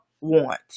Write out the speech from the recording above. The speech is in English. want